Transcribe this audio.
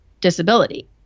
disability